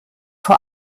vor